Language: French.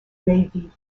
lévis